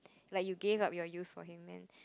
like you gave up your youth for him and